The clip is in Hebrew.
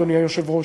אדוני היושב-ראש,